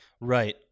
Right